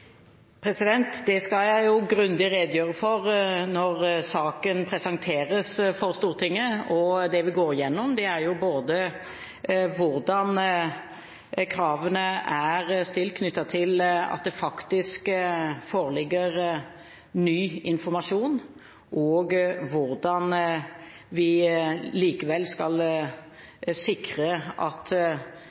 Det skal jeg grundig redegjøre for når saken presenteres for Stortinget. Det vi går igjennom, er både hvordan kravene er stilt, knyttet til at det faktisk foreligger ny informasjon, og hvordan vi likevel skal sikre at